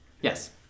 Yes